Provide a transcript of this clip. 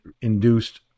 induced